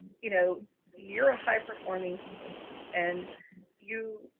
you know you're a high performing school and you,